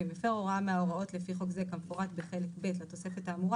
ואם הפר הוראה מההוראות לפי חוק זה כמפורט בחלק ס' לתוספת האמורה